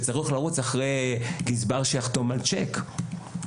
לרוץ אחרי גזבר כדי שיחתום על צ'ק,